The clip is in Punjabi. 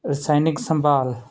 ਰਸਾਇਣਿਕ ਸੰਭਾਲ